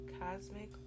Cosmic